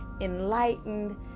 enlightened